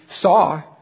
saw